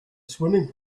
swimming